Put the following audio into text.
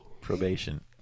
probation